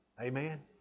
Amen